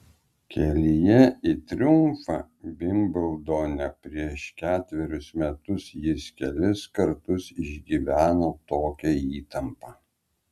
kelyje į triumfą vimbldone prieš ketverius metus jis kelis kartus išgyveno tokią įtampą